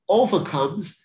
overcomes